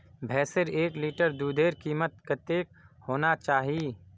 भैंसेर एक लीटर दूधेर कीमत कतेक होना चही?